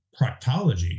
proctology